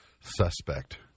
suspect